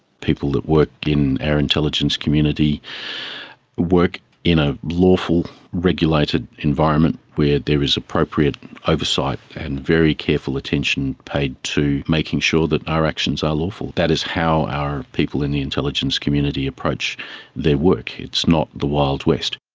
people that work in our intelligence community work in a lawful regulated environment where there is appropriate oversight and very careful attention paid to making sure that our actions are lawful. that is how our people in the intelligence community approach their work. it's not the wild west.